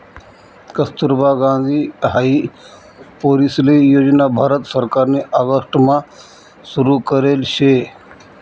Kasturba Gandhi high पोरीसले योजना भारत सरकारनी ऑगस्ट मा सुरु करेल शे